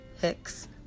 Hicks